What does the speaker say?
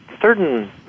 certain